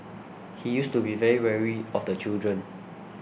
he used to be very wary of the children